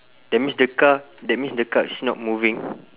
that means the car that means the car is not moving